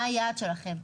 מה היעד שלנו,